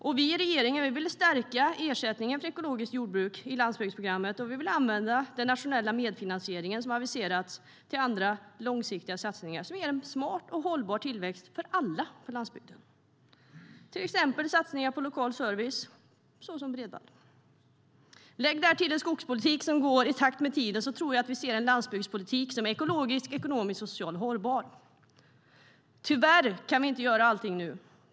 Vi i regeringen vill stärka ersättningen för ekologiskt jordbruk i landsbygdsprogrammet, och vi vill använda den nationella medfinansieringen, som aviserats, till andra långsiktiga satsningar som ger en smart och hållbar tillväxt för alla på landsbygden, till exempel satsningar på lokal service, såsom bredband. STYLEREF Kantrubrik \* MERGEFORMAT Areella näringar, landsbygd och livsmedelTyvärr kan vi inte göra allting nu.